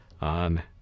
on